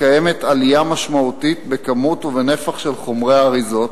קיימת עלייה משמעותית בכמות ובנפח של חומרי האריזות,